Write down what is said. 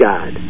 God